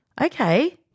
okay